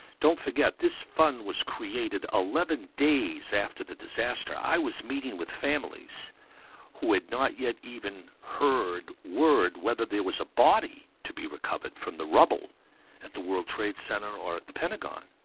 don't forget, this fund was created eleven days after the disaster. i was meeting with families who had not yet even heard word whether there was a body to be recovered from the rubble at the world trade center or at the pentagon.